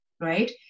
right